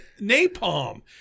napalm